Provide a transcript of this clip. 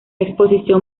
exposición